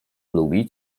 lubi